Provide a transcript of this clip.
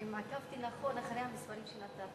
אם עקבתי נכון אחרי המספרים שנתת,